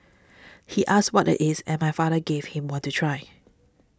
he asked what are is and my father gave him one to try